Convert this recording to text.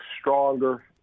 stronger